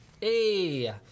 Hey